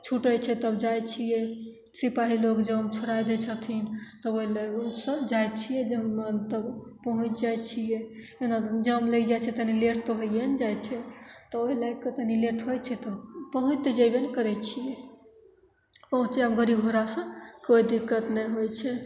छुटै छै तब जाइ छिए सिपाही लोक जाम छोड़ै दै छथिन तब ओहिले ओसब जाइ छिए जब मोन तब पहुँचि जाइ छिए एना जाम लगि जाइ छै तनि लेट तऽ होइए ने जाइ छै तऽ ओहि लागिके तनि लेट होइ छै तऽ पहुँचि तऽ जएबे ने करै छिए पहुँचै गाड़ी घोड़ासे कोइ दिक्कत नहि होइ छै